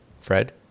Fred